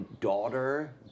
daughter